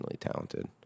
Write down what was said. talented